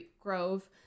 grove